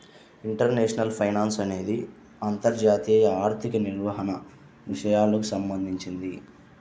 international finance అనేది అంతర్జాతీయ ఆర్థిక నిర్వహణ విషయాలకు సంబంధించింది